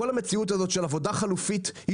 כל המציאות הזאת של עבודה חלופית היא